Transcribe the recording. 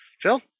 Phil